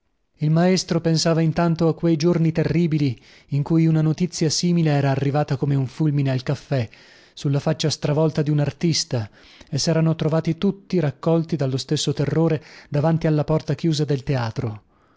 il maestro pensava intanto a quei giorni terribili in cui una notizia simile era arrivata come un fulmine al caffè sulla faccia stravolta di un artista e serano trovati tutti raccolti dallo stesso terrore davanti alla porta chiusa del teatro